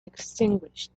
extinguished